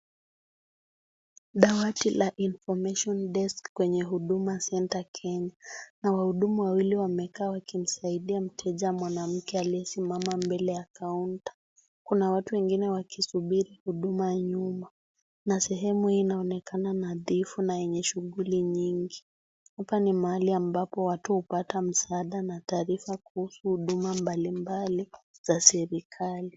Dawati la Information desk kwenye Huduma Center Kenya. Kuna wahudumu wawili wamekaa wakimsaidia mteja mwanamke aliyesimama mbele ya kaunta. Kuna watu wengine wakisubiri huduma ya nyuma, na sehemu hii inaonekana nadhifu na yenye shughuli nyingi. Hapa ni mahali ambapo watu hupata msaada na taarifa kuhusu ya huduma mbalimbali za serikali.